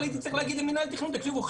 הייתי צריך להגיד למינהל התכנון: תקשיבו,